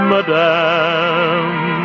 Madame